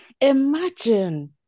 Imagine